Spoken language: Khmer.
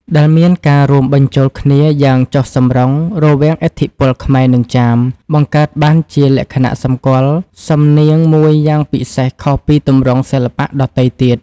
ដែលមានការរួមបញ្ចូលគ្នាយ៉ាងចុះសម្រុងរវាងឥទ្ធិពលខ្មែរ និងចាម បង្កើតបានជាលក្ខណៈសម្គាល់សំនៀងមួយយ៉ាងពិសេសខុសពីទម្រង់សិល្បៈដទៃទៀត។